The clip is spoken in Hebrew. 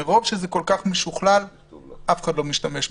מרוב שזה כל כך משוכלל אף אחד לא משתמש בזה.